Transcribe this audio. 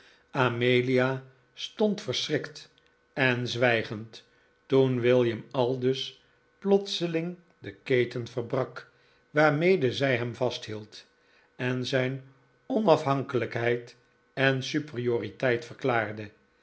amelia stond verschrikt en zwijgend toen william aldus plotseling de keten verbrak waarmede zij hem vasthield en zijn onaf hankelijkheid en superioriteit verklaarde